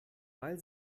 weil